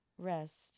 Rest